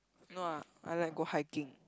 no ah I like go hiking